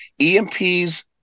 EMPs